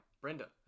Brenda